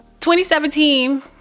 2017